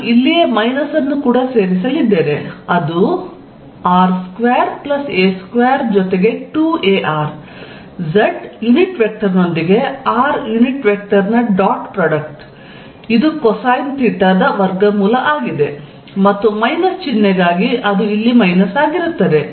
ನಾನು ಇಲ್ಲಿಯೇ ಮೈನಸ್ ಅನ್ನು ಕೂಡ ಸೇರಿಸಲಿದ್ದೇನೆ ಅದು r2a2 ಜೊತೆಗೆ 2ar z ಯೂನಿಟ್ ವೆಕ್ಟರ್ ನೊಂದಿಗೆ r ಯುನಿಟ್ ವೆಕ್ಟರ್ ನ ಡಾಟ್ ಪ್ರಾಡಕ್ಟ್ ಇದು ಕೊಸೈನ್ ಥೀಟಾ ದ ವರ್ಗಮೂಲ ಆಗಿದೆ ಮತ್ತು ಮೈನಸ್ ಚಿಹ್ನೆಗಾಗಿ ಅದು ಇಲ್ಲಿ ಮೈನಸ್ ಆಗಿರುತ್ತದೆ